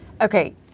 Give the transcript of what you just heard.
Okay